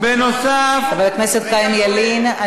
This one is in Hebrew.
יודע מה זה מדיניות?